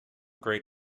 great